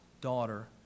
daughter